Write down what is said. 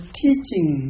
teaching